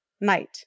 night